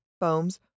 foams